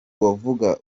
wavuga